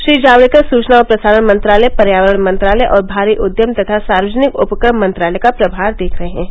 श्री जावड़ेकर सूचना और प्रसारण मंत्रालय पर्यावरण मंत्रालय और भारी उद्यम तथा सार्वजनिक उपक्रम मंत्रालय का प्रभार देख रहे हैं